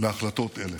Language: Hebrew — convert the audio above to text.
להחלטות אלה.